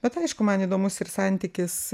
bet aišku man įdomus ir santykis